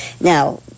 now